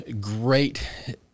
great